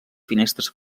finestres